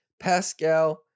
Pascal